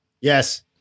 Yes